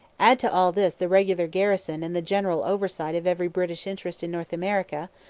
add to all this the regular garrison and the general oversight of every british interest in north america,